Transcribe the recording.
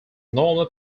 normal